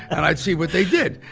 and i'd see what they did.